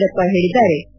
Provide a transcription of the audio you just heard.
ಯಡಿಯೂರಪ್ಪ ಹೇಳಿದ್ದಾರೆ